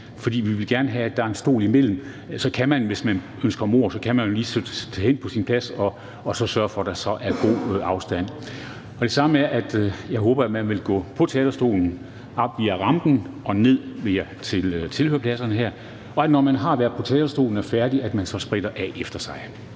for vi vil gerne have, at der er en stol imellem – så kan man, hvis man ønsker ordet, lige rykke hen på sin plads og sørge for, at der så er god afstand. Og jeg håber, at man vil gå op på talerstolen via rampen og ned her mod medlemspladserne, og at man, når man har været på talerstolen og er færdig, så spritter af efter sig.